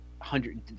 Hundred